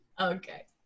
Okay